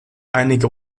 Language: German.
einige